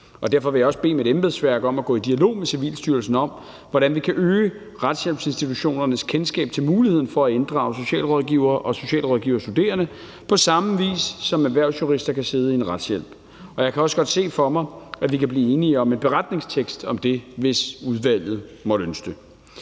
Derfor vil jeg også bede mit embedsværk om at gå i dialog med Civilstyrelsen om, hvordan vi kan øge retshjælpsinstitutionernes kendskab til muligheden for at inddrage socialrådgivere og socialrådgiverstuderende på samme vis, som erhvervsjurister kan sidde i en retshjælp. Jeg kan også godt se for mig, at vi kan blive enige om en beretningstekst om det, hvis udvalget måtte ønske det.